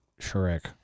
Shrek